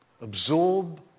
Absorb